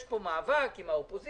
יש פה מאבק עם האופוזיציה.